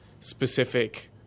specific